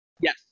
Yes